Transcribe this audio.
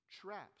traps